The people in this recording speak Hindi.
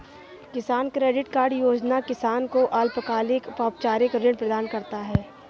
किसान क्रेडिट कार्ड योजना किसान को अल्पकालिक औपचारिक ऋण प्रदान करता है